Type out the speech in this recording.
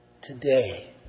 Today